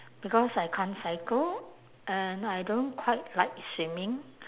because I can't cycle and I don't quite like swimming